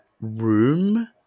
room